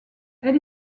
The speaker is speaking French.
elle